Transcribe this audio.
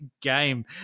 game